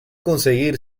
conseguir